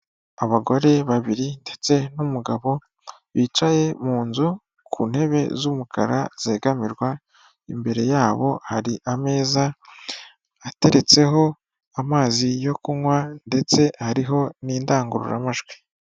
Abagore babiri ndetse n'umugabo bicaye mu nzu ku ntebe z'umukara zegamirwa, imbere yabo hari ameza ateretseho amazi yo kunywa ndetse hariho n'indangururamajwi.